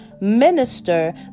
minister